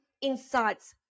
insights